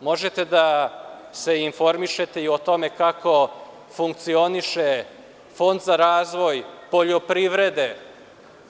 Možete da se informišete i o tome kako funkcioniše Fond za razvoj poljoprivrede,